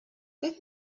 let